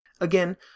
Again